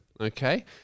Okay